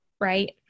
right